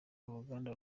uruganda